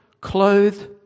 clothed